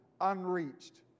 unreached